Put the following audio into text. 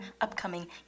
upcoming